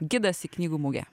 gidas į knygų mugę